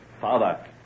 Father